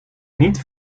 niet